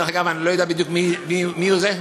דרך אגב, אני לא יודע בדיוק מי הוא זה.